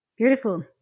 beautiful